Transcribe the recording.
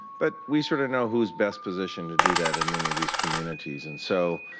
but we sort of know who is best positioned to do that in many of these communities. and so,